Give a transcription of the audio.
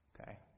Okay